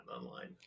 online